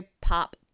Pop